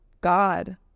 God